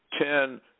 ten